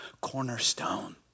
cornerstone